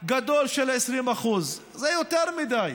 גדול של 20%. זה יותר מדי.